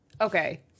okay